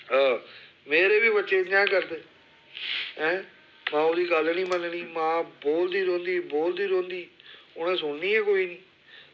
आ मेरे बी बच्चे इ'यां गै करदे ऐं माऊ दी गल्ल निं मन्ननी मां बोलदी रौंह्दी बोलदी रौंह्दी उ'नें सुननी गै कोई निं